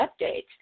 updates